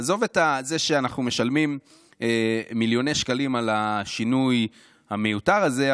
עזוב את זה שאנחנו משלמים מיליוני שקלים על השינוי המיותר הזה,